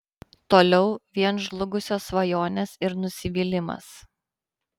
toliau vien žlugusios svajonės ir nusivylimas